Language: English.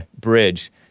bridge